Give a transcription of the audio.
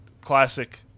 classic